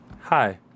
Hi